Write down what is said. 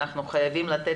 אף אחד לא חף